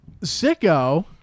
Sicko